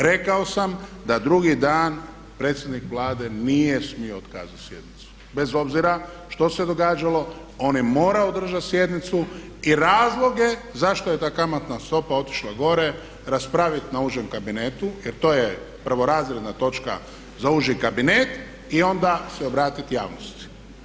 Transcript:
Rekao sam da drugi dan predsjednik Vlade nije smio otkazati sjednicu bez obzira što se događalo, on je morao održati sjednicu i razloge je zašto je ta kamatna stopa otišla gore raspraviti na užem kabinetu jer to je prvorazredna točka za uži kabinet i onda se obratiti javnosti.